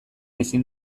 ezin